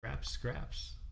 Scraps